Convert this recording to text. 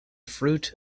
fruit